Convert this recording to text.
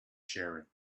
sharing